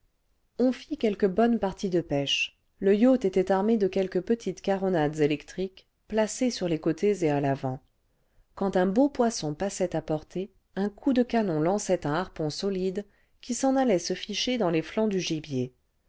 on fît quelques bonnes parties de pêche le yacht était armé cle quelques petites caronades électriques placées sur les côtés et à l'avant quand un beau poisson passait à portée un coup cle canon lançait un harpon solide qui s'en allait se ficher dans les flancs du gibier